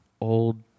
old